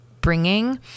bringing